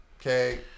okay